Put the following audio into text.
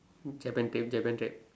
Japan trip Japan trip